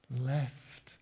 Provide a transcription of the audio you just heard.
left